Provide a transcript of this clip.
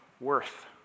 worth